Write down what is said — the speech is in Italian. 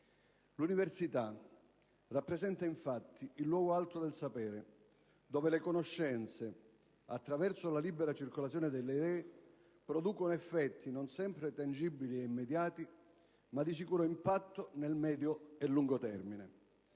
L'università rappresenta, infatti, il luogo alto del sapere, dove le conoscenze, attraverso la libera circolazione delle idee, producono effetti non sempre tangibili e immediati, ma di sicuro impatto nel medio e lungo termine.